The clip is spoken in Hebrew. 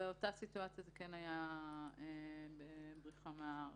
באותה סיטואציה זה היה בריחה מהארץ.